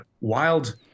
wild